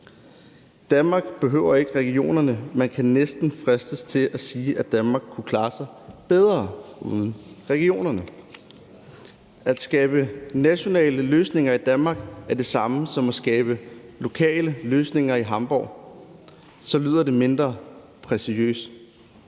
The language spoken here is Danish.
Danmark behøver ikke regionerne. Man kan næsten fristes til at sige, at Danmark kunne klare sig bedre uden regionerne. At skabe nationale løsninger i Danmark er det samme som at skabe lokale løsninger i Hamborg; så lyder det mindre prætentiøst.